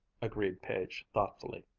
agreed page thoughtfully.